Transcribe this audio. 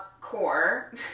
core